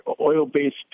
oil-based